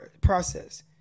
process